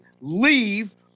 leave